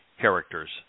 characters